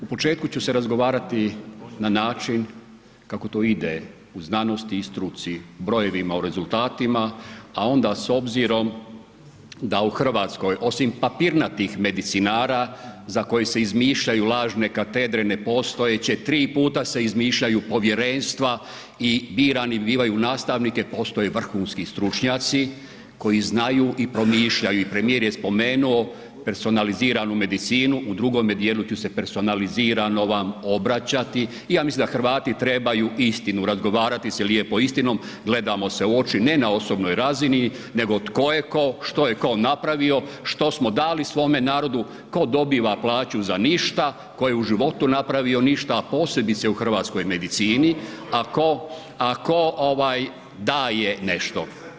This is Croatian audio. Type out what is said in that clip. U početku ću se razgovarati na način kako to ide u znanosti i struci, brojevima u rezultatima, a onda s obzirom da u Hrvatskoj osim papirnatih medicinara za koje se izmišljaju lažne katedre ne postojeće, tri puta se izmišljaju povjerenstva i birani bivaju nastavnike postoje vrhunski stručnjaci koji znaju i promišljaju i premijer je spomenuo personaliziranu medicinu, u drugome dijelu ću se personalizirano vam obraćati i ja mislim da Hrvati trebaju istinu, razgovarati se lijepo istinom, gledamo se u oči, ne na osobnoj razini, nego tko je tko, što je tko napravio, što smo dali svome narodu, tko dobiva plaću za ništa, tko je u životu napravio ništa, a posebice u hrvatskoj medicini, a tko ovaj daje nešto.